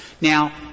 Now